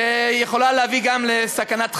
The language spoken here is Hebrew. שיכולה להביא גם לסכנת חיים.